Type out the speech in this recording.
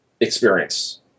experience